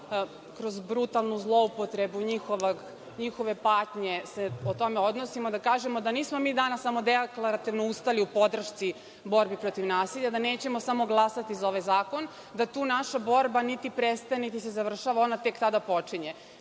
kroz brutalnu zloupotrebu njihove patnje se o tome odnosimo, da kažemo da nismo mi danas samo deklarativno ustali u podršci borbi protiv nasilja, da nećemo samo glasati za ovaj zakon, da tu naša borba niti prestaje, niti se završava, ona tek tada počinje.